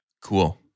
Cool